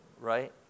right